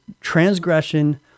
transgression